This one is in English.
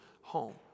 home